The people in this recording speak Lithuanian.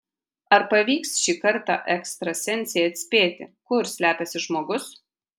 ar pavyks šį kartą ekstrasensei atspėti kur slepiasi žmogus